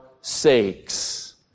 sakes